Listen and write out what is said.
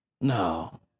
No